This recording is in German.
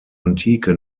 antike